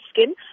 skin